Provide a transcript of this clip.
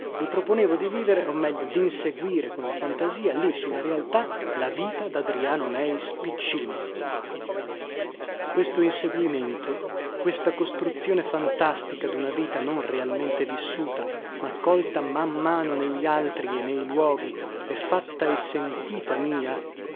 mi proponevo di vivere o meglio dinseguire con la fantasia lì su la realtà la vita dadriano meis piccino questo inseguimento questa costruzione fantastica duna vita non realmente vissuta ma colta man mano negli altri e nei luoghi e fatta e sentita mia